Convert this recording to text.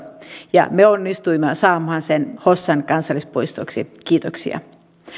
ja me onnistuimme saamaan sen hossan kansallispuistoksi kiitoksia